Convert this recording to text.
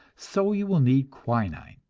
so you will need quinine,